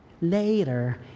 Later